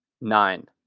Nine